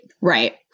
Right